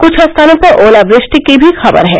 कृछ स्थानों पर ओलावृश्टि की भी खबर है